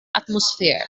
atmosphäre